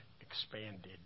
expanded